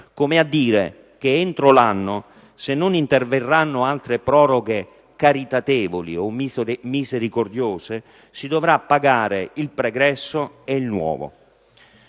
come a dire che entro l'anno, se non interverranno altre proroghe caritatevoli o misericordiose, si dovrà pagare il pregresso e il nuovo.